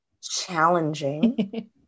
Challenging